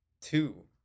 two